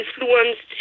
influenced